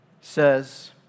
says